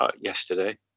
yesterday